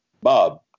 Bob